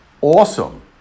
awesome